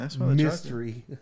Mystery